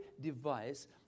device